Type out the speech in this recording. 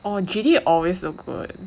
oh G_D always look good